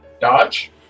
Dodge